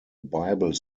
bible